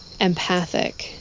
empathic